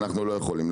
אנחנו לא יכולים,